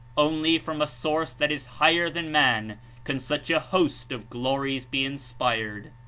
only from a source that is higher than man can such a host of glories be inspired.